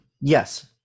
yes